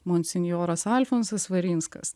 monsinjoras alfonsas svarinskas